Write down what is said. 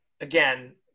again